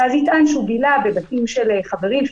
ואז יטען שהוא בילה בבתים של חברים,